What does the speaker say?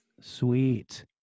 Sweet